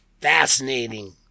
fascinating